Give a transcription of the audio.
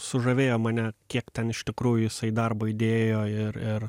sužavėjo mane kiek ten iš tikrųjų jisai darbo įdėjo ir ir